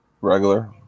Regular